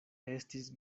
estis